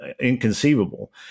Inconceivable